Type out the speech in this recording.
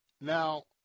Now